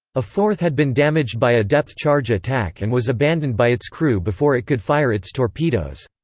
a fourth had been damaged by a depth charge attack and was abandoned by its crew before it could fire its torpedoes.